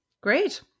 Great